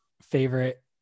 favorite